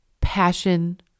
passion